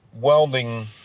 welding